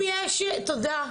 תודה.